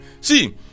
See